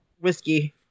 whiskey